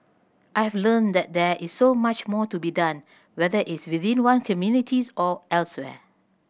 I've learnt that there is so much more to be done whether is within one communities or elsewhere